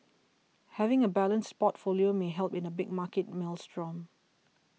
having a balanced portfolio may help in a big market maelstrom